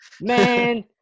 Man